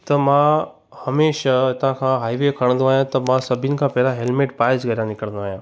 त मां हमेशह हितां खां हाई वे खणंदो आहियां त मां सभिनि खां पहिरां हेलमेट पाए च घरां निकिरंदो आहियां